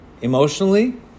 emotionally